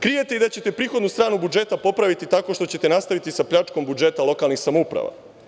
Krijete i da ćete prihodnu stranu budžeta popraviti tako što ćete nastaviti sa pljačkom budžeta lokalnih samouprava.